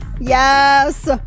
Yes